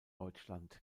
deutschland